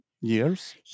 years